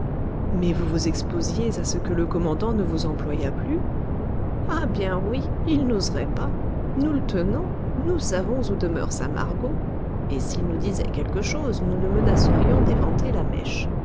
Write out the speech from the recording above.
mais vous vous exposiez à ce que le commandant ne vous employât plus ah bien oui il n'oserait pas nous le tenons nous savons où demeure sa margot et s'il nous disait quelque chose nous le menacerions d'éventer la mèche